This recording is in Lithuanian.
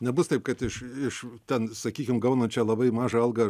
nebus taip kad iš iš ten sakykim gaunančią labai mažą algą